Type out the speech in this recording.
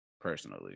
personally